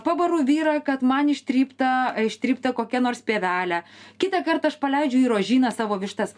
pabaru vyrą kad man ištrypta ištrypta kokia nors pievelė kitą kartą aš paleidžiu į rožyną savo vištas